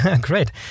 Great